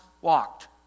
walked